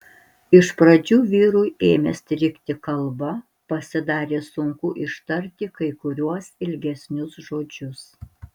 iš pradžių vyrui ėmė strigti kalba pasidarė sunku ištarti kai kuriuos ilgesnius žodžius